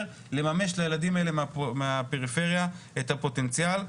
לילדים האלה מהפריפריה לממש את הפוטנציאל.